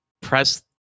press